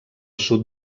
sud